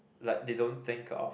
like they don't think of